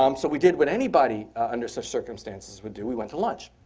um so we did what anybody under such circumstances would do. we went to lunch.